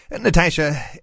Natasha